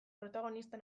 protagonista